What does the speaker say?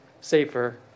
safer